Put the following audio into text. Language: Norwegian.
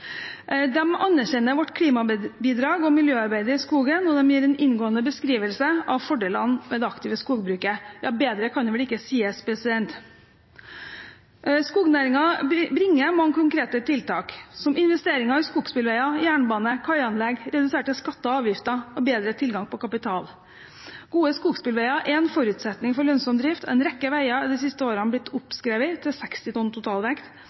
dem. De anerkjenner vårt klimabidrag og miljøarbeid i skogen, de gir en inngående beskrivelse av fordelene ved det aktive skogbruket Ja, bedre kan det vel ikke sies. Skognæringen bringer mange konkrete tiltak, som investeringer i skogsbilveier, jernbane, kaianlegg, reduserte skatter og avgifter og bedre tilgang på kapital. Gode skogsbilveier er en forutsetning for lønnsom drift, og en rekke veier har de siste årene blitt oppskrevet til 60 tonn totalvekt.